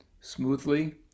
smoothly